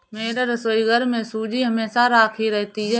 मेरे रसोईघर में सूजी हमेशा राखी रहती है